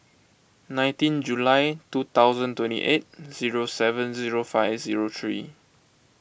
nineteen July two thousand twenty eight zero seven zero five zero three